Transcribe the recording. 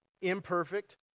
imperfect